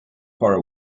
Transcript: for